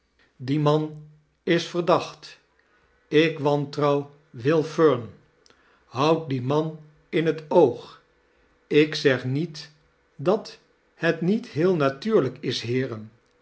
die man is verdacht ik wantrouw will fern houdt dien man in het oog ik zeg niet dat het niet heel natuurlijk is heeren